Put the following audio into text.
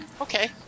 okay